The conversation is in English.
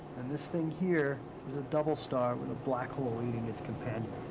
and this thing here is a double star with a black hole eating its companion.